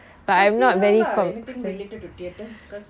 so see how lah anything related to theatre because